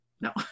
No